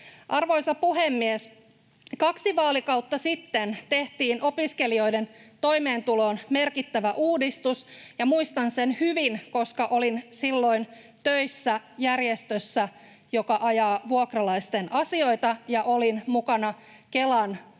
Arvoisa puhemies! Kaksi vaalikautta sitten tehtiin opiskelijoiden toimeentuloon merkittävä uudistus ja muistan sen hyvin, koska olin silloin töissä järjestössä, joka ajaa vuokralaisten asioita ja olin mukana Kelan asumistuen